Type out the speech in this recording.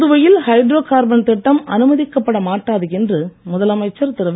புதுவையில் hydrocarbon திட்டம் அனுமதிக்கப்பட மாட்டாது முதலமைச்சர் வி